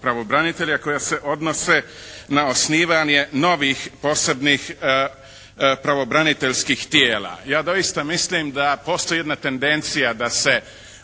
pravobranitelja koja se odnose na osnivanje novih posebnih pravobraniteljskih tijela. Ja doista mislim da postoji jedna tendencija da se